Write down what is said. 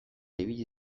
ibili